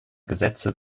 gesetze